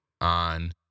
on